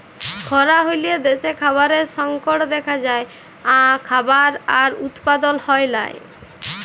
খরা হ্যলে দ্যাশে খাবারের সংকট দ্যাখা যায়, খাবার আর উৎপাদল হ্যয় লায়